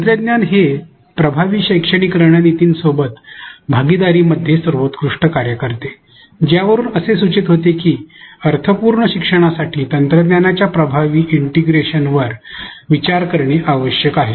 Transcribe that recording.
तंत्रज्ञान हे प्रभावी शैक्षणिक रणनीतीं सोबत भागीदारीमध्ये सर्वोत्कृष्ट कार्य करते ज्यावरून असे सूचित होते की अर्थपूर्ण शिक्षणासाठी तंत्रज्ञानाच्या प्रभावी इंटिग्रेशनवर विचार करणे आवश्यक आहे